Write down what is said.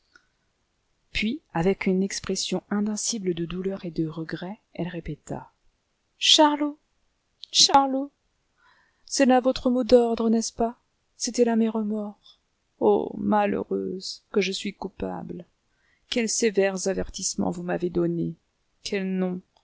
puis avec une expression indicible de douleur et de regrets elle répéta charlot charlot c'était là votre mot d'ordre n'est-ce pas c'étaient là mes remords ô malheureuse que je suis coupable quels sévères avertissements vous m'avez donnés quel nom